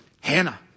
Hannah